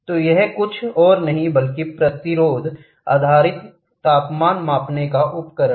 तो यह कुछ और नहीं बल्कि प्रतिरोध आधारित है तापमान मापने का उपकरण